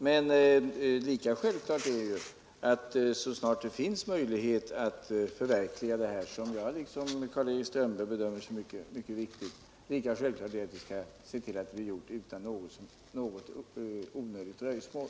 Men lika självklart är ju att vi så snart det finns möjlighet att förverkliga planerna — och liksom Karl-Erik Strömberg bedömer jag det som mycket viktigt — skall se till att åtgärder vidtas utan onödigt dröjsmål.